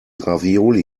ravioli